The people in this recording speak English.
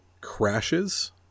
crashes